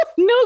No